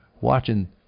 watching